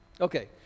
okay